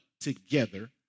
Together